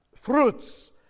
fruits